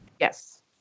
Yes